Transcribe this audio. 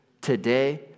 today